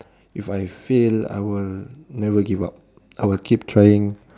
if I fail I will never give up I will keep trying